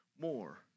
more